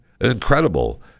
Incredible